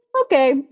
Okay